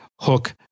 hook